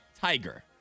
Tiger